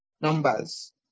numbers